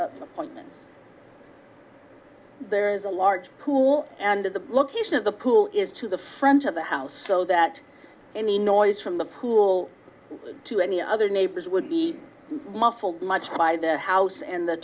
appointments there is a large pool and the location of the pool is to the front of the house so that any noise from the pool to any other neighbors would be muffled much by the house and the